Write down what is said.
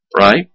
right